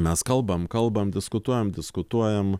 mes kalbam kalbam diskutuojam diskutuojam